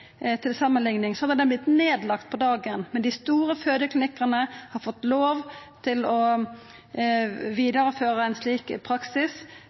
til ei lita fødeavdeling, til samanlikning, hadde den vore nedlagd på dagen. Men dei store fødeklinikkane har fått lov til å vidareføra ein slik praksis,